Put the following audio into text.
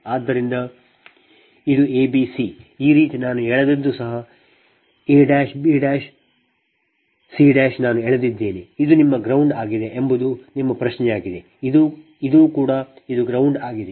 ಆದ್ದರಿಂದ ಇದು abc ಈ ರೀತಿ ನಾನು ಎಳೆದದ್ದು ಸಹ abc ನಾನು ಎಳೆದಿದ್ದೇನೆ ಇದು ನಿಮ್ಮ gound ಆಗಿದೆ ಎಂಬುದು ನಿಮ್ಮ ಪ್ರಶ್ನೆಯಾಗಿದೆ ಇದು ಕೂಡ ಇದು ground ಆಗಿದೆ